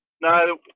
No